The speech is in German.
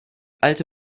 alte